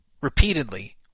repeatedly